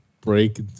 break